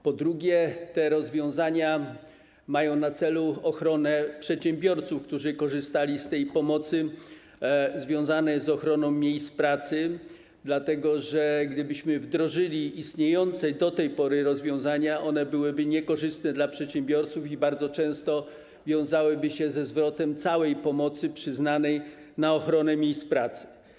Po drugie, te rozwiązania mają na celu ochronę przedsiębiorców, którzy korzystali z pomocy związanej z ochroną miejsc pracy, dlatego że gdybyśmy wdrożyli istniejące do tej pory rozwiązania, one byłyby niekorzystne dla przedsiębiorców i bardzo często wiązałyby się ze zwrotem całej pomocy przyznanej na ochronę miejsc pracy.